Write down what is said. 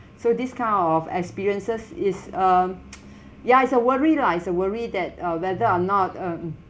so this kind of experiences is um ya is a worry lah is a worry that uh whether or not um